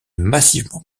massivement